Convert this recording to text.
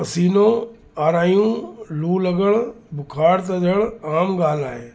पसीनो आरायूं लू लॻण बुख़ार तजण आमु ॻाल्हि आहे